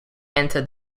entered